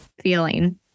feeling